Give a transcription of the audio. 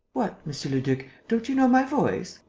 what, monsieur le duc, don't you know my voice?